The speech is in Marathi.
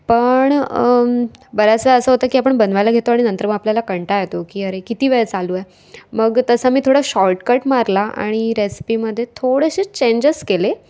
पण बऱ्याच वेळा असं होतं की आपण बनवायला घेतो आणि नंतर मग आपल्याला कंटाळा येतो की अरे किती वेळ चालू आहे मग तसं मी थोडा शॉर्टकट मारला आणि रेसिपीमध्ये थोडेसे चेंजेस केले